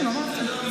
בסדר.